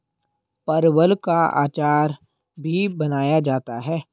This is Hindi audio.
परवल का अचार भी बनाया जाता है